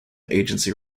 agency